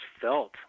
felt